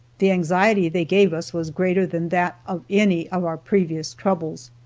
the anxiety they gave us was greater than that of any of our previous troubles.